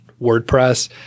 WordPress